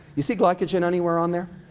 you see glycogen anywhere on there?